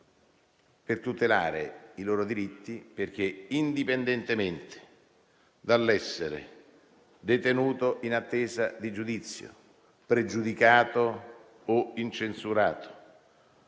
per tutelare i loro diritti. Indipendentemente dall'essere detenuto in attesa di giudizio (pregiudicato o incensurato),